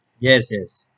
yes yes